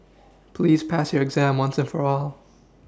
please pass your exam once and for all